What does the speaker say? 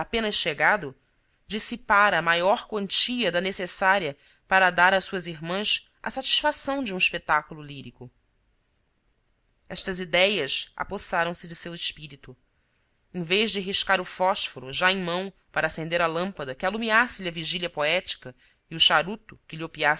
chegado dissipara maior quantia da necessária para dar a suas irmãs a satisfação de um espetáculo lírico estas idéias apossaram se de seu espírito em vez de riscar o fósforo já em mão para acender a lâmpada que alumiasse lhe a vigília poética e o charuto